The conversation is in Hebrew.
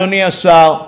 אדוני השר,